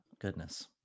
goodness